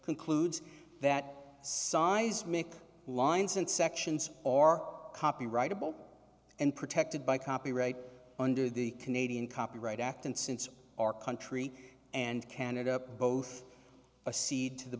concludes that seismic lines and sections are copyrightable and protected by copyright under the canadian copyright act and since our country and canada both a seed to the